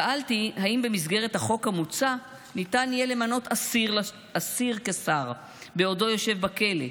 שאלתי אם במסגרת החוק המוצע ניתן יהיה למנות אסיר כשר בעודו יושב בכלא.